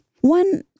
One